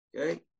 Okay